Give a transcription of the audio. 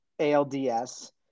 ALDS